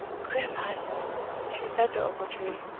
gudeman, she said to ochiltree,